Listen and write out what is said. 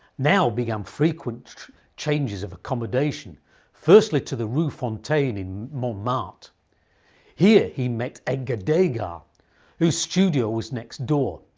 now began frequent changes of accommodation, firstly to the rue fontaine in montmartre. here he met edgar degas whose studio was next door,